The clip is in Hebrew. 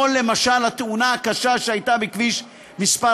כמו למשל התאונה הקשה שהייתה בכביש מס'